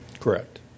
Correct